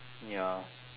ya